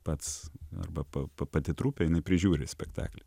pats arba pa pati trupė jinai prižiūri spektaklį